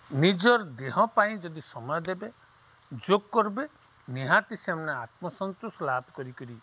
ନିଜର୍ ଦେହ ପାଇଁ ଯଦି ସମୟ ଦେବେ ଯୋଗ୍ କର୍ବେ ନିହାତି ସେମାନେ ଆତ୍ମସନ୍ତୋଷ୍ ଲାଭ୍ କରିିକରି